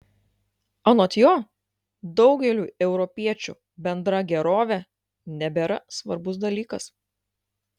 anot jo daugeliui europiečių bendra gerovė nebėra svarbus dalykas